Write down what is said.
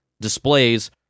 displays